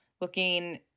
looking